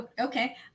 Okay